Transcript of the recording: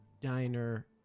diner